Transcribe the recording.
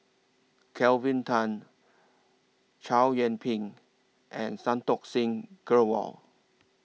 Kelvin Tan Chow Yian Ping and Santokh Singh Grewal